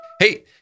Hey